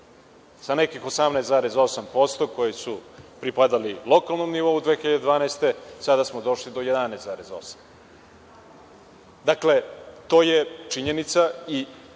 Sa nekih 18,8% koje su pripadale lokalnom nivou 2012. godine došli smo do 11,8%. Dakle, to je činjenica. Zbog